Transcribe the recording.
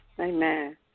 Amen